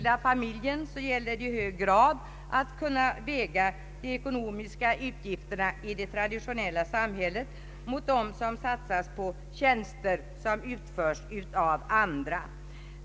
Det gäller i hög grad att kunna väga det ekonomiska värdet av insatserna i det traditionella samhället mot utgifter som satsas på tjänster vilka utförs av utomstående.